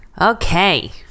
okay